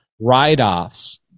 write-offs